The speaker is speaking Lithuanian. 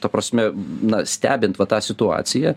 ta prasme na stebint va tą situaciją